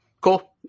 Cool